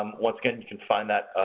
um once again, you can find that,